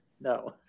No